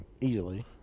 easily